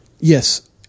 Yes